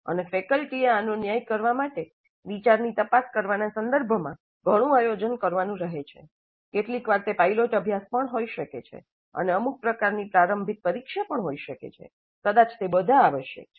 અને ફેકલ્ટીએ આનો ન્યાય કરવા માટે વિચારની તપાસ કરવાના સંદર્ભમાં ઘણું આયોજન કરવાનું રહે છે કેટલીકવાર તે પાયલોટ અભ્યાસ પણ હોઈ શકે છે અને અમુક પ્રકારની પ્રારંભિક પરીક્ષા પણ હોઈ શકે છે કદાચ તે બધા આવશ્યક છે